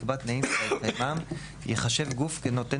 יקבע תנאים שבהתקיימם ייחשב גוף כנותן